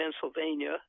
Pennsylvania